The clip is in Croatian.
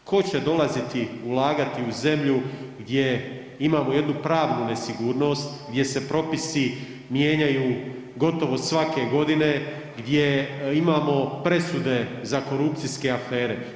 Tko će dolaziti ulagati u zemlju gdje imamo jednu pravnu nesigurnost, gdje se propisi mijenjaju gotovo svake godine, gdje imamo presude za korupcijske afere?